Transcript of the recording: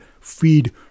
feed